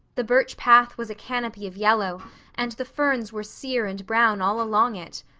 the birch path was a canopy of yellow and the ferns were sear and brown all along it.